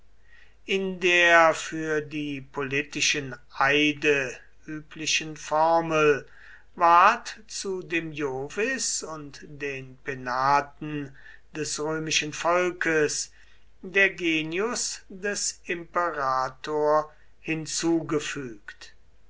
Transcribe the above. in der für die politischen eide üblichen formel ward zu dem jovis und den penaten des römischen volkes der genius des imperator hinzugefügt